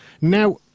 Now